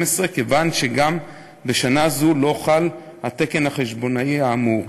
כיוון שגם בשנה זו לא חל התקן החשבונאי האמור.